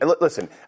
listen